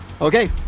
Okay